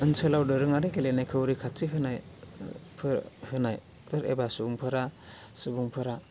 ओनसोलयाव देरोङारि गेलेनायखौ रैखाथि होनाय होनाय बेफोर एबा सुबुंफोरा सुबुंफोरा